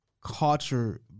culture